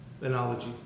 analogy